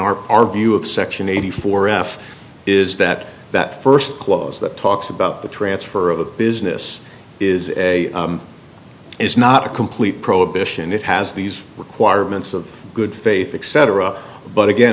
r r view of section eighty four f is that that first clause that talks about the transfer of a business is a is not a complete prohibition it has these requirements of good faith except iraq but again